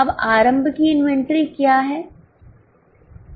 अबआरंभ की इन्वेंटरी क्या है